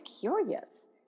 curious